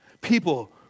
people